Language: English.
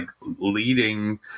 leading